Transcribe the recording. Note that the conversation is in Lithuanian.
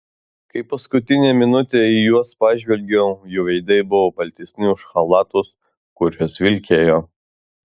kai paskutinę minutę į juos pažvelgiau jų veidai buvo baltesni už chalatus kuriuos vilkėjo